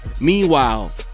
Meanwhile